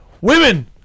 Women